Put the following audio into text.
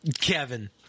Kevin